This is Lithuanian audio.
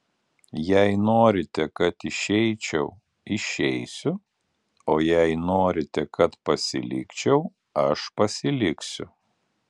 jei norite kad išeičiau išeisiu o jei norite kad pasilikčiau aš pasiliksiu